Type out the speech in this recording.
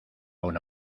una